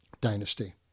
dynasty